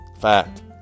Fact